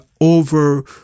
over